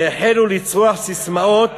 "והחלו לצרוח ססמאות